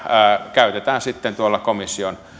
käytetään sitten tuolla komission